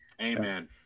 Amen